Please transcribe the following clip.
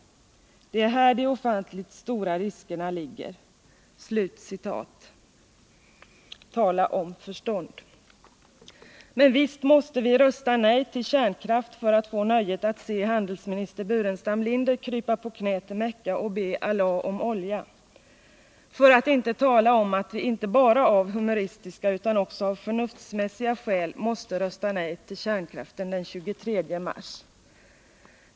Det är här de ofantligt stora riskerna ligger.” Tala om förstånd! Men visst måste vi rösta nej till kärnkraft för att få nöjet att se handelsminister Burenstam Linder krypa på knä till Mecka och be Allah om olja. För att inte tala om att vi inte bara av humoristiska utan också av förnuftsmässiga skäl måste rösta nej till kärnkraften den 23 mars.